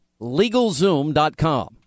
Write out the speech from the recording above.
LegalZoom.com